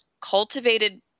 cultivated